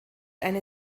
eine